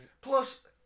Plus